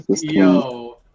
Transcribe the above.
Yo